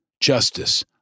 justice